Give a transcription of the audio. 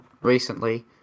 recently